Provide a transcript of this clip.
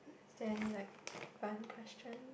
is there any like fun question